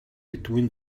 between